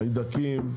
חיידקים,